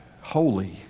Holy